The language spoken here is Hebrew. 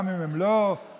גם אם הם לא ישראלים,